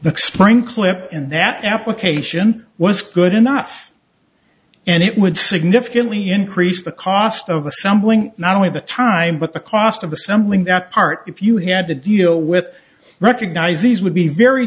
explain clip in that application was good enough and it would significantly increase the cost of a sum bring not only the time but the cost of assembling that part if you had to deal with recognize these would be very